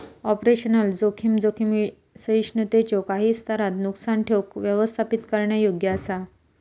operational जोखीम, जोखीम सहिष्णुतेच्यो काही स्तरांत नुकसान ठेऊक व्यवस्थापित करण्यायोग्य असा